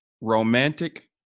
romantic